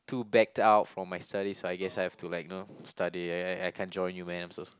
too backed out for my studies so I guess I have to like know study I I I can't join you man I'm so